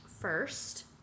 First